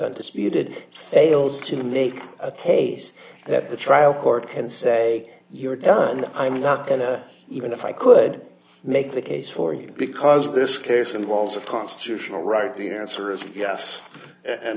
undisputed fails to make a case that the trial court can say you're done i'm not going to even if i could make the case for you because this case involves a constitutional right the answer is yes and